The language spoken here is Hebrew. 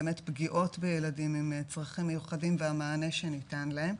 באמת פגיעות בילדים עם צרכים מיוחדים והמענה שניתן להם.